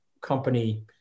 company